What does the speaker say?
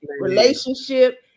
relationship